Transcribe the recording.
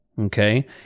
okay